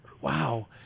Wow